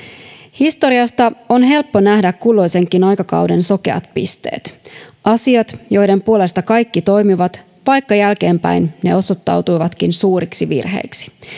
historiasta on helppo nähdä kulloisenkin aikakauden sokeat pisteet asiat joiden puolesta kaikki toimivat vaikka jälkeenpäin ne osoittautuivatkin suuriksi virheiksi